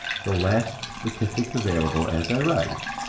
the last statistics available as i write,